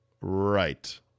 Right